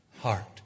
heart